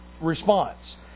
response